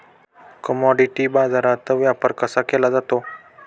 Commodity बाजारात व्यापार कसा केला जातो?